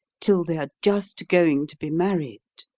till they're just going to be married.